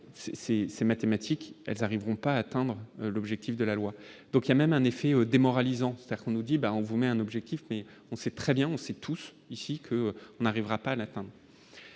c'est mathématique, elles arriveront pas atteindre l'objectif de la loi, donc il y a même un effet démoralisant, c'est-à-dire qu'on nous dit ben on vous met un objectif mais on sait très bien, on sait tous ici que on n'arrivera pas à la fin,